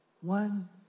one